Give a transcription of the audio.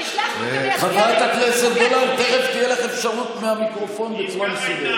ואז נאפשר לך את השאלה הנוספת.